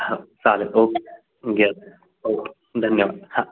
हां चालेल ओके घ्या ओके धन्यवाद हां